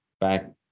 back